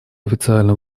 официально